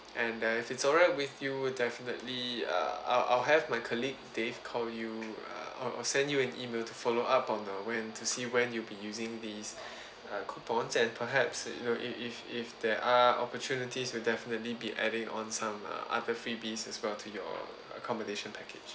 and that if it's alright with you we'll definitely uh I'll I'll have my colleague dave call you uh send you an email to follow up on the when to see when you will be using these uh coupons and perhaps you know if if if there are opportunities we'll definitely be adding on some uh other freebies as well to your accommodation package